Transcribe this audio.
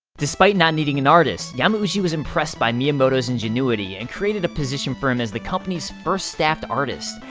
despite not needing an artist, yamauchi was impressed by miyamoto's ingenuity and created a position for him as the company's first staff artist.